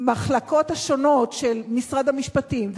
המחלקות השונות של משרד המשפטים,